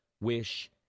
wish